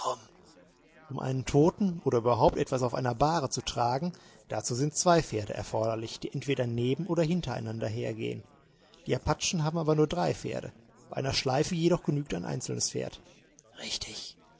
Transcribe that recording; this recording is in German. um einen toten oder überhaupt etwas auf einer bahre zu tragen dazu sind zwei pferde erforderlich die entweder neben oder hintereinander hergehen die apachen haben aber nur drei pferde bei einer schleife jedoch genügt ein einzelnes pferd richtig